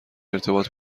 ارتباط